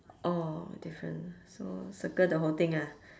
orh different so circle the whole thing ah